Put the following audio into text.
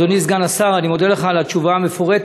אדוני סגן השר, אני מודה לך על התשובה המפורטת.